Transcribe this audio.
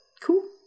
Cool